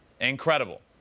Incredible